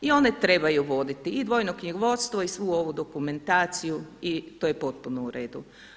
I one trebaju voditi i dvojno knjigovodstvo i svu ovu dokumentaciju i to je potpuno u redu.